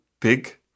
big